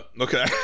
okay